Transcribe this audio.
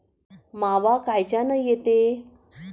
मावा कायच्यानं येते?